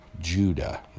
Judah